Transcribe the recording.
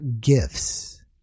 gifts